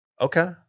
Okay